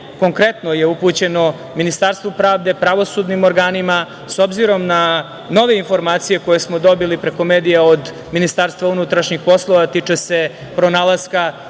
konkretno je upućeno Ministarstvu pravde, pravosudnim organima, s obzirom na nove informacije koje smo dobili preko medija od MUP-a, a tiču se pronalaska